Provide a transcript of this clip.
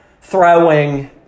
throwing